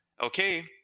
okay